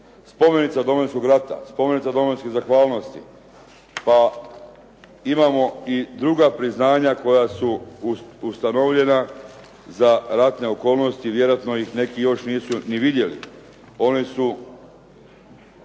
"Spomenica Domovinskog rata", "Spomenica domovinske zahvalnosti" pa imamo i druga priznanja koja su ustanovljena za ratne okolnosti, vjerojatno ih neki još nisu ni vidjeli.